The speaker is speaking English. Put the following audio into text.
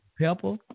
Pepper